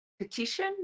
Petition